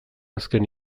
azken